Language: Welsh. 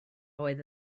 oedd